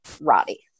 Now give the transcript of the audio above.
Roddy